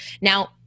Now